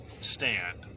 stand